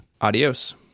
Adios